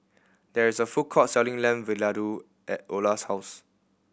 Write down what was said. there is a food court selling Lamb Vindaloo at Ola's house